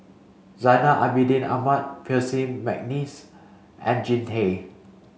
Zainal Abidin Ahmad Percy McNeice and Jean Tay